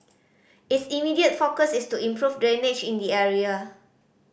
its immediate focus is to improve drainage in the area